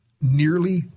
Nearly